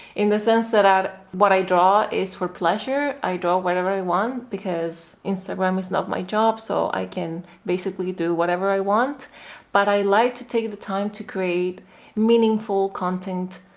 in the sense that i, what i draw is for pleasure. i draw whatever i want because instagram is not my job so i can basically do whatever i want but i like to take the time to create meaningfull content,